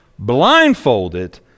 blindfolded